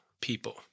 people